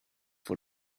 for